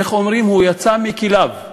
איך אומרים, הוא יצא מכליו,